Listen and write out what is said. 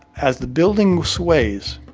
as the building sways,